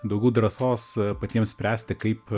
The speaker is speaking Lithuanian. daugiau drąsos patiems spręsti kaip